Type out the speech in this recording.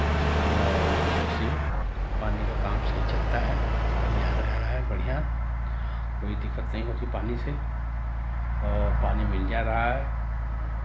इससे पानी का काम सही चलता है पानी आ रहा है बढ़ियाँ कोई दिक्कत नहीं होती पानी से औ पानी मिल जा रहा है